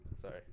Sorry